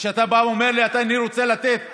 כשאתה בא ואומר לי: אני רוצה לתת לחלשים,